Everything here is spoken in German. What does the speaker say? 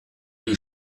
die